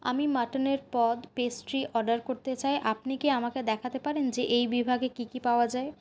আমি মটনের পদ পেস্ট্রি অর্ডার করতে চাই আপনি কি আমাকে দেখাতে পারেন যে এই বিভাগে কি কি পাওয়া যায়